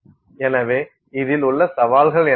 எனவே இதில் உள்ள சவால்கள் என்ன